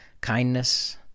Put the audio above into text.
kindness